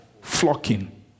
flocking